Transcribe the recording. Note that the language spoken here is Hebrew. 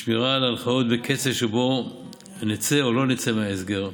בשמירה על ההנחיות והקצב שבו נצא או לא נצא מההסגר.